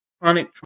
Chronic